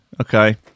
Okay